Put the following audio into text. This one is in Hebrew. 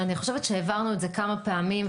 אני חושבת שאמרנו את זה כאן כמה פעמים,